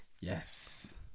Yes